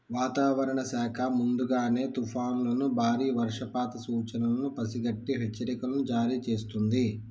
వాతావరణ శాఖ ముందుగానే తుఫానులను బారి వర్షపాత సూచనలను పసిగట్టి హెచ్చరికలను జారీ చేస్తుంది